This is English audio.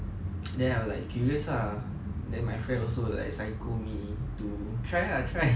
then I was like curious lah then my friend also like psycho me to try lah try